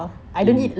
really